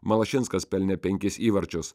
malašinskas pelnė penkis įvarčius